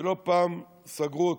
שלא פעם סגרו אותו,